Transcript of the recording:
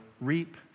reap